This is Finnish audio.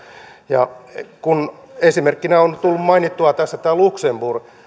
esimerkkinä on tullut mainittua tässä tämä luxemburg